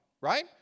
Right